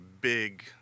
big